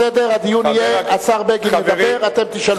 סדר הדיון יהיה, השר בגין ידבר ואתם תשאלו.